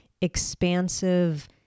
expansive